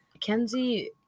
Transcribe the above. Kenzie